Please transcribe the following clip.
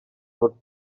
would